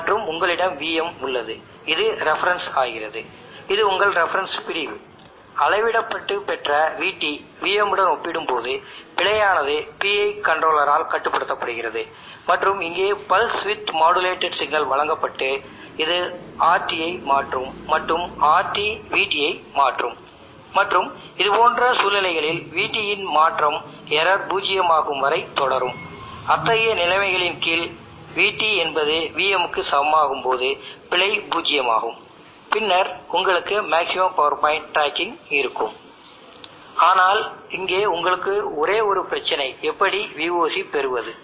iT ஐ அளவிட முடியும் எந்த கரன்ட்ஐயும் இங்கே ஒரு ஷன்ட் ரெஜிஸ்டர் ஐ வைப்பதன் மூலமும் அதன் வழியாக பாயும் கரண்ட்டிர்க்கு இது நேர் விகிதமாக இருக்கும் வோல்டேஜ் ஐ எடுத்துக்கொள்வதன் மூலமும் ஃபீட்பேக்காக அதைப் பயன்படுத்துவதன் மூலமும் அளவிட முடியும் அல்லது ஒருவர் ஹால் சென்சார் பயன்படுத்தி கரண்டை உணர்வதன் மூலமும் மேலும் DC கரண்ட் ஒயர் வழியாக பாய்ந்து மற்றும் பீட் பேக்காக கொடுத்தும் இதை அளவிடலாம் இப்போது Im ஐ எவ்வாறு உருவாக்குவது